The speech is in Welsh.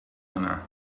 yna